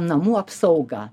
namų apsauga